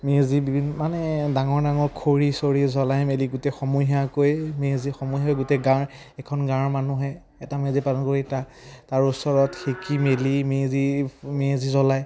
মেজি বিভিন্ন মানে ডাঙৰ ডাঙৰ খৰি চৰি জ্বলাই মেলি গোটেই সমূহীয়াকৈ মেজি সমহীয়া হৈ গোটেই গাঁৱৰ এখন গাঁৱৰ মানুহে এটা মেজি পালন কৰি তাৰ তাৰ ওচৰত সেকি মেলি মেজি মেজি জ্বলায়